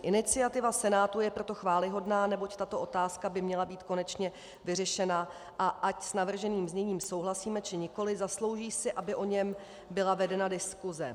Iniciativa Senátu je proto chvályhodná, neboť tato otázka by měla být konečně vyřešena, a ať s navrženým zněním souhlasíme, či nikoliv, zaslouží si, aby o něm byla vedena diskuse.